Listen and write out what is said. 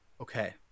Okay